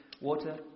water